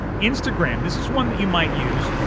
instagram, this is one that you might use.